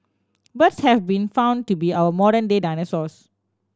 birds have been found to be our modern day dinosaurs